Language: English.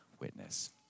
witness